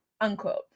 unquote